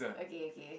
okay okay